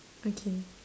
okay